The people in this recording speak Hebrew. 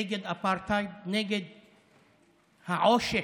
נגד אפרטהייד, נגד העושק,